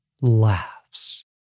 laughs